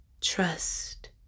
trust